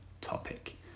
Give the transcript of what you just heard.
topic